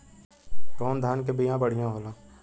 कौन धान के बिया बढ़ियां होला?